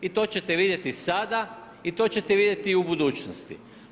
I to ćete vidjeti sada i to ćete vidjeti i u budućnosti.